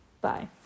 Bye